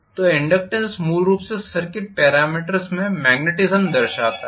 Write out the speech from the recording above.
तो इनडक्टेन्स मूल रूप से सर्किट पेरामीटर्स में मेग्नेटिस्म दर्शाता है